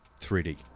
3D